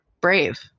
brave